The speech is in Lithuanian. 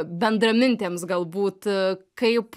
bendramintėms galbūt kaip